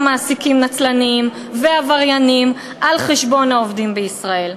מעסיקים נצלנים ועברייניים על חשבון העובדים בישראל.